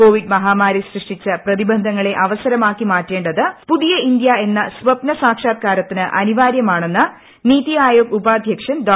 Covid മഹാമാരി സൃഷ്ടിച്ച പ്രതിബന്ധങ്ങളെ അവസരമാക്കി മാറ്റേണ്ടത് പുതിയ ഇന്ത്യ എന്ന സ്വപ്ന സാക്ഷാത്ക്കാരത്തിന് അനിവാര്യമാണെന്ന് നിതി ആയോഗ് ഉപാധ്യക്ഷൻ ഡോ